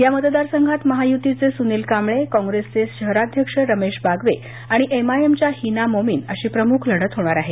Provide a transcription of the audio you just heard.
या मतदारसंघात महायुतीचे सुनील कांबळे काँग्रेसचे शहराध्यक्ष रमेश बागवे आणि एमआयएमच्या हिना मोमीन अशी प्रमुख लढत होणार आहे